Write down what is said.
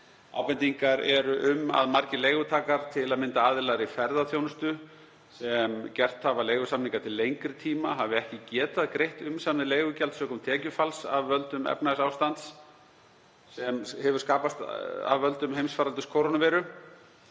Ábendingar eru um að margir leigutakar, til að mynda aðilar í ferðaþjónustu, sem gert hafa leigusamninga til lengri tíma, hafi ekki getað greitt umsamið leigugjald sökum tekjufalls af völdum efnahagsástands sem skapast hefur af völdum heimsfaraldurs kórónuveiru.